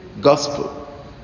Gospel